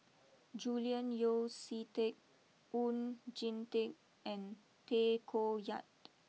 Julian Yeo see Teck Oon Jin Teik and Tay Koh Yat